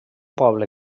poble